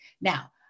Now